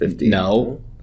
No